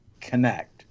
connect